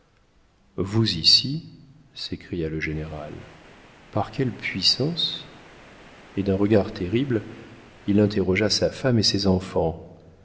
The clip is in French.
vous ici s'écria le général par quelle puissance et d'un regard terrible il interrogea sa femme et ses enfants